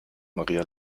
maria